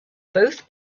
both